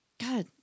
God